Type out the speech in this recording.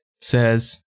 says